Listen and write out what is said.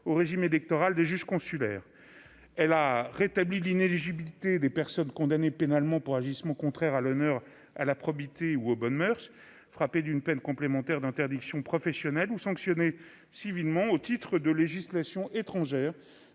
au régime électoral des juges consulaires : Elle a rétabli l'inéligibilité des personnes condamnées pénalement pour agissements contraires à l'honneur, à la probité ou aux bonnes moeurs, frappées d'une peine complémentaire d'interdiction professionnelle ou sanctionnées civilement au titre de législations étrangères